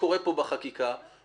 יפנה אם אתה הגורם הרלבנטי,